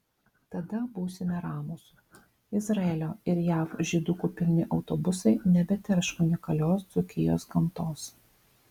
tada būsime ramūs izraelio ir jav žydukų pilni autobusai nebeterš unikalios dzūkijos gamtos